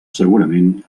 segurament